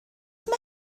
mae